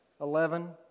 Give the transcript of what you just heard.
Eleven